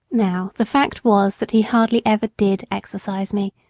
now the fact was that he hardly ever did exercise me,